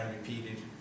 repeated